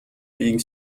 being